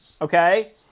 Okay